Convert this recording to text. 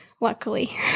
luckily